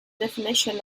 definition